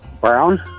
Brown